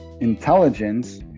intelligence